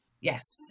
Yes